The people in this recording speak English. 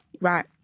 right